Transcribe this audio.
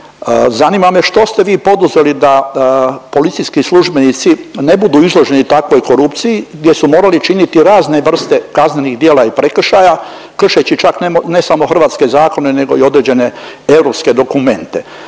Zanima me što ste vi poduzeli da policijski službenici ne budu izloženi takvoj korupciji gdje su morali činiti razne vrste kaznenih djela i prekršaja kršeći čak ne samo hrvatske zakone nego i određene europske dokumente